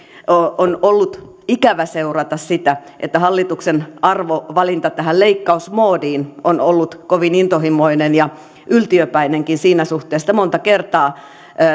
on ollut ikävä seurata sitä että hallituksen arvovalinta tähän leikkausmoodiin liittyen on ollut kovin intohimoinen ja yltiöpäinenkin siinä suhteessa että monta kertaa